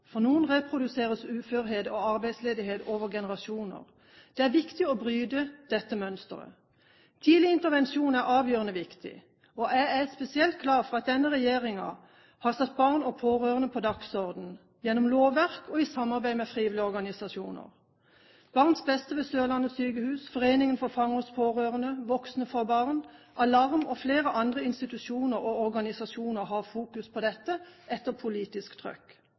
For noen reproduseres uførhet og arbeidsledighet over generasjoner. Det er viktig å bryte dette mønsteret. Tidlig intervensjon er avgjørende viktig. Jeg er spesielt glad for at denne regjeringen har satt barn og pårørende på dagsordenen gjennom lovverk og i samarbeid med frivillige organisasjoner. Barns Beste ved Sørlandet sykehus, Foreningen for Fangers Pårørende, Voksne for Barn, Alarm og flere andre institusjoner og organisasjoner har fokus på dette etter politisk trykk.